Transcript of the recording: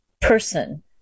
person